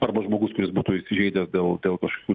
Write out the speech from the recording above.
arba žmogus kuris būtų įsižeidęs dėl dėl kažkokių